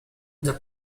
this